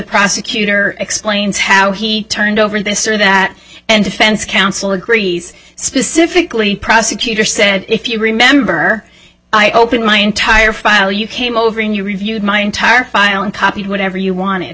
prosecutor explains how he turned over this or that and defense counsel agrees specifically prosecutor said if you remember i open my entire file you came over and you reviewed my entire file and copy whatever you want